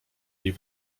jej